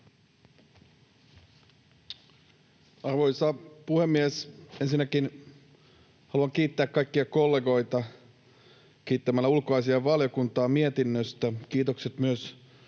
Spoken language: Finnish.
Arvoisa puhemies! Ensinnäkin haluan kiittää kaikkia kollegoita kiittämällä ulkoasiainvaliokuntaa mietinnöstä. Kiitokset myös